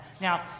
Now